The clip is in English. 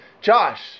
josh